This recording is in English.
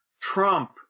Trump